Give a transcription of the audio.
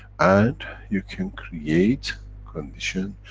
and you can create condition,